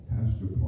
Pastor